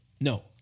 No